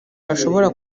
yashobora